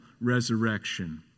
resurrection